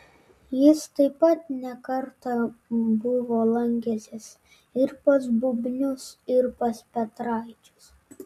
jis taip pat ne kartą buvo lankęsis ir pas bubnius ir pas petraičius